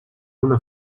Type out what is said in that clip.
una